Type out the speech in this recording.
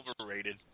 overrated